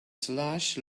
slush